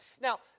Now